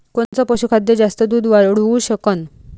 कोनचं पशुखाद्य जास्त दुध वाढवू शकन?